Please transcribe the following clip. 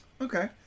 Okay